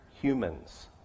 humans